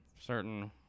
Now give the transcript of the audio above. Certain